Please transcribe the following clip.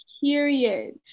period